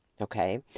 Okay